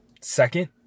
Second